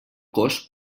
cos